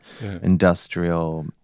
industrial